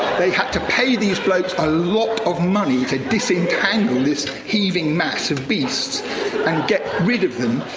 they had to pay these blokes a lot of money to disentangle this heaving, massive beast and get rid of them,